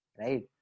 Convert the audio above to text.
right